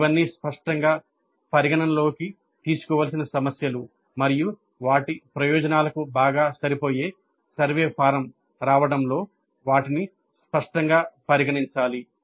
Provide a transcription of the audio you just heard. ఇవన్నీ స్పష్టంగా పరిగణనలోకి తీసుకోవలసిన సమస్యలు మరియు వాటి ప్రయోజనాలకు బాగా సరిపోయే సర్వే ఫారమ్ రావడంలో వాటిని స్పష్టంగా పరిగణించాలి